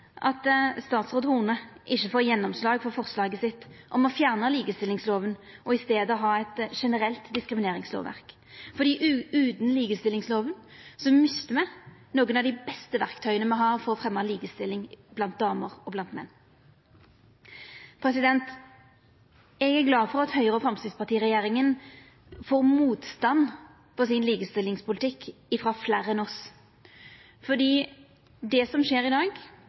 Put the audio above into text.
at statsråd Horne ikkje får gjennomslag for forslaget sitt om å fjerna likestillingsloven og i staden ha eit generelt diskrimineringslovverk. Utan likestillingsloven mister me nokre av dei beste verktøya me har for å fremja likestilling blant damer og blant menn. Eg er glad for at Høgre–Framstegsparti-regjeringa får motstand for likestillingspolitikken sin frå fleire enn oss. Det som skjer i dag,